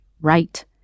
Right